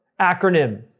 acronym